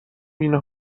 اینا